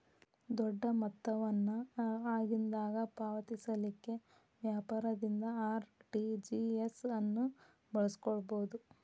ದೊಡ್ಡ ಮೊತ್ತ ವನ್ನ ಆಗಿಂದಾಗ ಪಾವತಿಸಲಿಕ್ಕೆ ವ್ಯಾಪಾರದಿಂದ ಆರ್.ಟಿ.ಜಿ.ಎಸ್ ಅನ್ನು ಬಳಸ್ಕೊಬೊದು